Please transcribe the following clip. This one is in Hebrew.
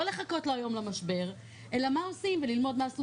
לא לחכות היום למשבר' אלא מה עושים וללמוד מה עשו